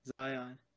Zion